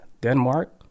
Denmark